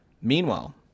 Meanwhile